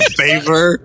favor